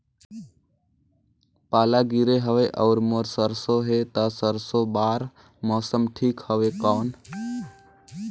पाला गिरे हवय अउर मोर सरसो हे ता सरसो बार मौसम ठीक हवे कौन?